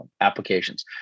applications